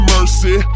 Mercy